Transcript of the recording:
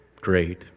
great